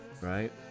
right